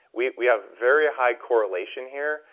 we we have very high correlation here,